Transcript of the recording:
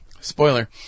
spoiler